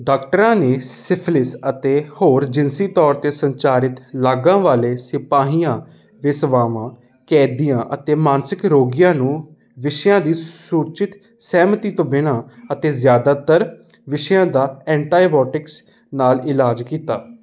ਡਾਕਟਰਾਂ ਨੇ ਸਿਫਿਲਿਸ ਅਤੇ ਹੋਰ ਜਿਨਸੀ ਤੌਰ 'ਤੇ ਸੰਚਾਰਿਤ ਲਾਗਾਂ ਵਾਲੇ ਸਿਪਾਹੀਆਂ ਵੇਸਵਾਵਾਂ ਕੈਦੀਆਂ ਅਤੇ ਮਾਨਸਿਕ ਰੋਗੀਆਂ ਨੂੰ ਵਿਸ਼ਿਆਂ ਦੀ ਸੂਚਿਤ ਸਹਿਮਤੀ ਤੋਂ ਬਿਨਾ ਅਤੇ ਜ਼ਿਆਦਾਤਰ ਵਿਸ਼ਿਆਂ ਦਾ ਐਂਟੀਬਾਇਓਟਿਕਸ ਨਾਲ ਇਲਾਜ ਕੀਤਾ